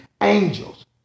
angels